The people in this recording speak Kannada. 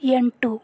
ಎಂಟು